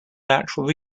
natural